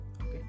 Okay